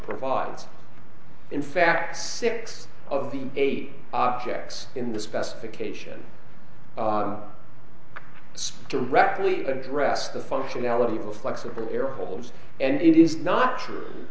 provides in fact six of the eight objects in the specification directly address the functionality of a flexible air hose and it is not true